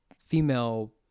female